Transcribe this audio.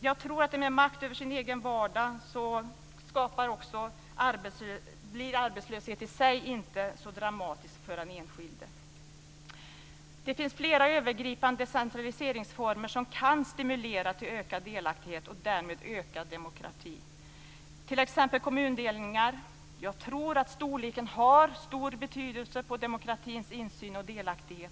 Jag tror att arbetslöshet i sig inte blir så dramatisk för den enskilde om han har makt över sin egen vardag. Det finns flera övergripande decentraliseringsreformer som kan stimulera till ökad delaktighet och därmed ökad demokrati. Det gäller t.ex. kommundelningar. Jag tror att storleken har stor betydelse när det gäller insyn i demokratin och delaktighet.